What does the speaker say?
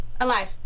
Alive